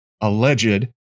alleged